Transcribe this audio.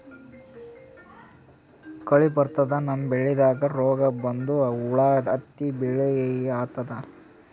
ಕಳಿ ಬಂತಂದ್ರ ನಮ್ಮ್ ಬೆಳಿಗ್ ರೋಗ್ ಬಂದು ಹುಳಾ ಹತ್ತಿ ಬೆಳಿ ಹಾಳಾತದ್